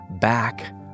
back